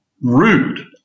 rude